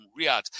Riyadh